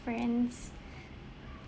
friends